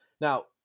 Now